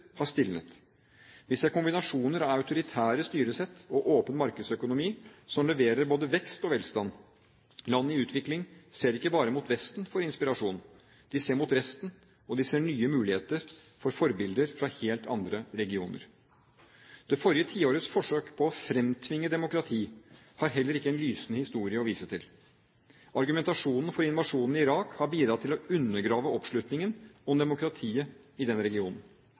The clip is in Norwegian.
har stilnet. Vi ser kombinasjoner av autoritære styresett og åpen markedsøkonomi som leverer både vekst og velstand. Land i utvikling ser ikke bare mot Vesten for inspirasjon. De ser mot resten, og de ser nye mulige forbilder fra helt andre regioner. Det forrige tiårets forsøk på å fremtvinge demokrati har heller ikke en lysende historie å vise til. Argumentasjonen for invasjonen i Irak har bidratt til å undergrave oppslutningen om demokratiet i den regionen.